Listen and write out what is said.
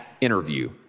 interview